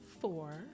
four